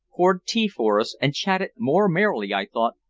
poured tea for us and chatted more merrily, i thought,